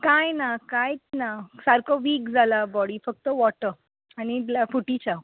कांय ना कांयच ना सारको वीक जाला बॉडी फकत वॉटर आनी फुटी चांव